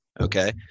okay